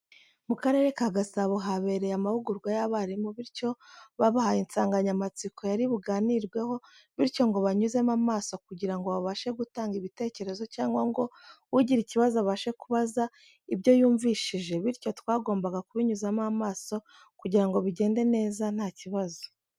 Mu karere ka Gasabo habereye amahugurwa ya barimu bityo babahaye insanganyamatsiko yari buganirweho bityo ngo banyuzemo amaso kugira ngo babashe gutanga ibitekerezo cyangwa ngo ugira ikibazo abashe kubaza ibyo yumvishije bityo twagombaga kubinyuzamo amaso kugira ngo bigende neza nta kibazo.